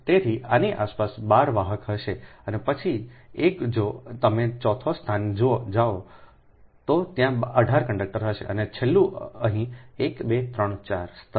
તેથી આની આસપાસ બાર વાહક હશે અને પછી એક જો તમે ચોથા સ્થાને જાઓ તો ત્યાં 18 કંડક્ટર હશે અને છેલ્લું અહીં 1 2 3 4 સ્તર છે